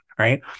Right